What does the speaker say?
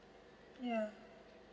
ya